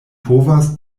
povas